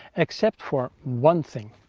except for one thing.